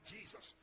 Jesus